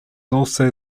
also